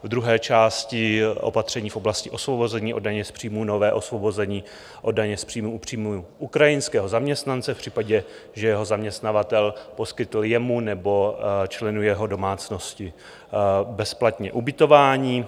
V druhé části opatření v oblasti osvobození od daně z příjmu nové osvobození od daně z příjmu u příjmu ukrajinského zaměstnance v případě, že jeho zaměstnavatel poskytl jemu nebo členu jeho domácnosti bezplatně ubytování.